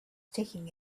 taking